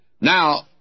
Now